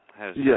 Yes